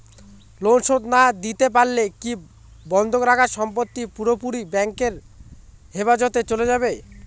Loan শোধ না দিতে পারলে কি বন্ধক রাখা সম্পত্তি পুরোপুরি ব্যাংকের হেফাজতে চলে যাবে?